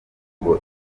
ngo